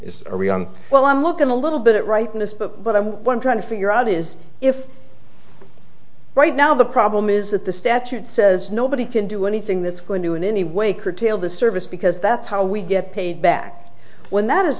young well i'm looking a little bit rightness but what i'm one trying to figure out is if right now the problem is that the statute says nobody can do anything that's going to in any way curtail the service because that's how we get paid back when that is